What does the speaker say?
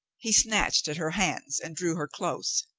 he snatched at her hands and drew her close.